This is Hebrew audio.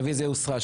הרביזיה הוסרה.